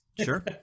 sure